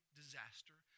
disaster